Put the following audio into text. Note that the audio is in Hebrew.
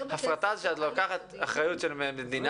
הפרטה זה שאת לוקחת אחריות של מדינה